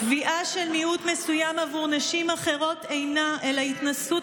קביעה של מיעוט מסוים עבור נשים אחרות אינה אלא התנשאות